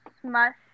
smush